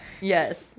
yes